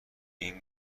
این